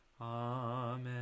Amen